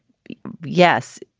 yes.